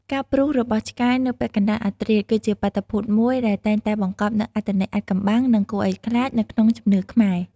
ការព្រុសរបស់ឆ្កែនៅពាក់កណ្តាលអធ្រាត្រ គឺជាបាតុភូតមួយដែលតែងតែបង្កប់នូវអត្ថន័យអាថ៌កំបាំងនិងគួរឱ្យខ្លាចនៅក្នុងជំនឿខ្មែរ។